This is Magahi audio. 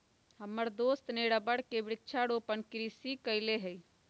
हमर दोस्त ने रबर के वृक्षारोपण कृषि कईले हई